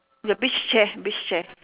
the beach chair beach chair